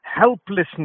helplessness